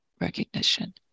recognition